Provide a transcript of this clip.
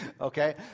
Okay